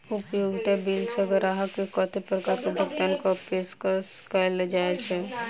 उपयोगिता बिल सऽ ग्राहक केँ कत्ते प्रकार केँ भुगतान कऽ पेशकश कैल जाय छै?